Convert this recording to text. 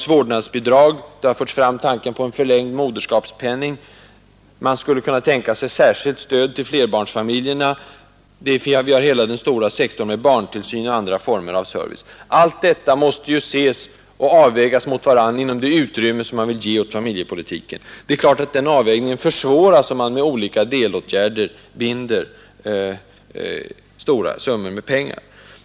Vårdnadsbidrag har föreslagits, och tanken på förlängd moderskapspenning har förts fram. Man skulle kunna tänka sig särskilt stöd för flerbarnsfamiljerna, och vi har hela den stora sektorn med barntillsyn och andra former av service. Alla dessa stödformer måste ju ses och avvägas mot varandra inom det utrymme som man vill ge åt familjepolitiken. Det är klart att den avvägningen försvåras om man med olika delåtgärder binder stora penningsummor.